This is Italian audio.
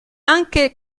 anche